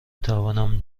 توانم